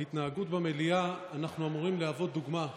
ההתנהגות במליאה, אנחנו אמורים להוות דוגמה,